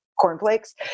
cornflakes